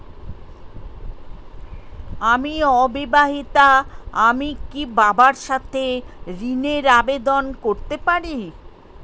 আমি অবিবাহিতা আমি কি বাবার সাথে ঋণের আবেদন করতে পারি?